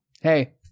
hey